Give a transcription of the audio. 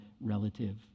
relative